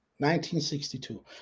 1962